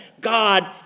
God